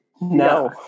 No